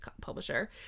publisher